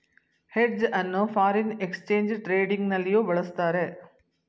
hedge ಅನ್ನು foreign exchange trading ನಲ್ಲಿಯೂ ಬಳಸುತ್ತಾರೆ